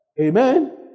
Amen